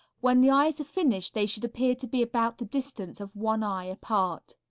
when the eyes are finished they should appear to be about the distance of one eye apart.